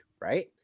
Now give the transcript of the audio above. right